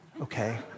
okay